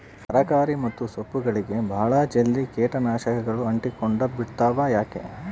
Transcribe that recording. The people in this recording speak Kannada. ತರಕಾರಿ ಮತ್ತು ಸೊಪ್ಪುಗಳಗೆ ಬಹಳ ಜಲ್ದಿ ಕೇಟ ನಾಶಕಗಳು ಅಂಟಿಕೊಂಡ ಬಿಡ್ತವಾ ಯಾಕೆ?